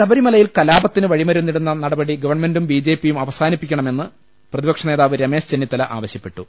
ശബരിമലയിൽ കലാപത്തിന് വഴിമരുന്നിടുന്ന നടപടി ഗവൺമെന്റും ബിജെപിയും അവസാനിപ്പിക്കണമെന്ന് പ്രതി പക്ഷ നേതാവ് രമേശ് ചെന്നിത്തല ആവശ്യപ്പെട്ടു